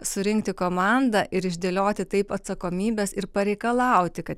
surinkti komandą ir išdėlioti taip atsakomybes ir pareikalauti kad